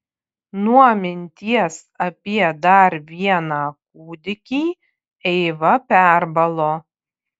nuo minties apie dar vieną kūdikį eiva perbalo